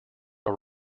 are